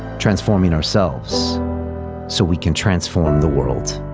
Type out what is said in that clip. transforming ourselves so we can transform the world